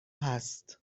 هست